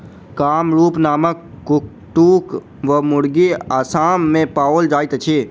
कामरूप नामक कुक्कुट वा मुर्गी असाम मे पाओल जाइत अछि